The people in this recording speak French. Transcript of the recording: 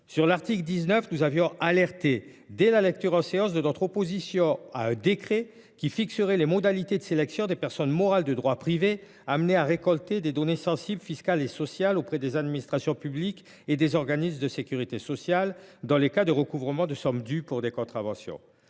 l’article 19, nous avions fait part, dès la première lecture en séance publique, de notre opposition à un décret qui fixerait les modalités de sélection des personnes morales de droit privé amenées à récolter des données sensibles, fiscales et sociales auprès des administrations publiques et des organismes de sécurité sociale dans les cas de recouvrement des sommes dues pour des contraventions.